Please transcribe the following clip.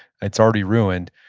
it's already ruined.